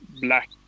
black